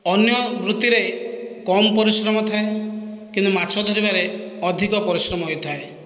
ଅନ୍ୟ ବୃତ୍ତିରେ କମ୍ ପରିଶ୍ରମ ଥାଏ କିନ୍ତୁ ମାଛ ଧରିବାରେ ଅଧିକ ପରିଶ୍ରମ ହେଇଥାଏ